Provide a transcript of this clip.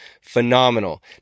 Phenomenal